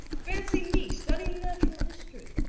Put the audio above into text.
fancy me studying natural history!